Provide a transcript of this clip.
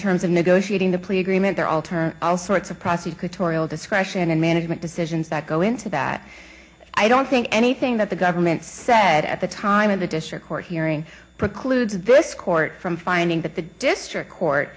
terms of negotiating the plea agreement there all term all sorts of prosecutorial discretion and management decisions that go into that i don't think anything that the government said at the time of the district court hearing precludes this court from finding that the district court